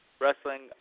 Wrestling